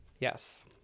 Yes